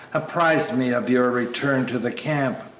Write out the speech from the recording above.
apprised me of your return to the camp.